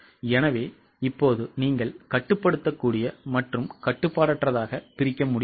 எனவே இப்போது நீங்கள் கட்டுப்படுத்தக்கூடிய மற்றும் கட்டுப்பாடற்றதாக பிரிக்க முடியுமா